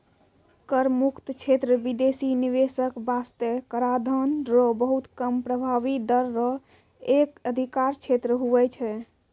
कर मुक्त क्षेत्र बिदेसी निवेशक बासतें कराधान रो बहुत कम प्रभाबी दर रो साथ एक अधिकार क्षेत्र हुवै छै